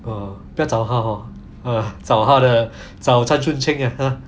ah 不要找他 hor 找他的找 chan chiu seng